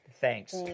thanks